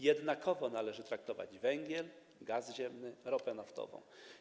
Jednakowo należy traktować węgiel, gaz ziemny i ropę naftową.